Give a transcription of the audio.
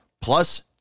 plus